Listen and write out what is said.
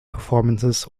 performances